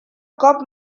cop